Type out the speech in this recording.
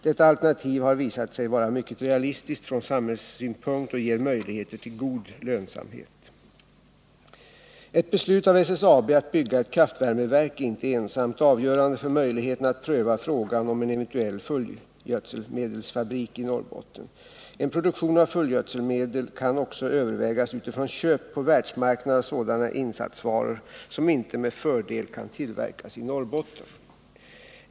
Detta alternativ har visat sig vara mycket realistiskt från samhällssynpunkt och ger möjligheter till god lönsamhet. Ett beslut av SSAB att bygga ett kraftvärmeverk är inte ensamt avgörande för möjligheterna att pröva frågan om en eventuell fullgödselmedelfabrik i Norrbotten. En produktion av fullgödselmedel kan också övervägas utifrån köp på världsmarknaden av sådana insatsvaror som inte med fördel kan tillverkas i Norrbotten.